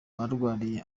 barwaniye